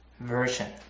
version